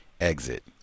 exit